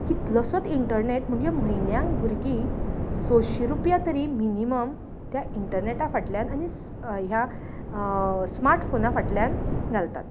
कितलोसोत internet म्हणजे म्हयन्यांक भुरगीं सयंशी रुपया तरी मिनिमम त्या इंटर्नेटा फाटल्यान आनी स ह्या स्मार्ट फोना फाटल्यान घालतात